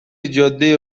جاده